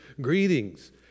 Greetings